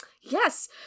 yes